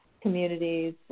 communities